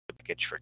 package